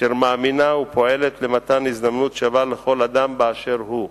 אשר מאמינה ופועלת למתן הזדמנות שווה לכל אדם באשר הוא.